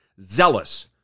zealous